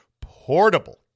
portable